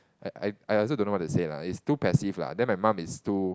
I I I also don't know what to say lah is like too passive lah then my mum is too